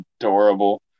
adorable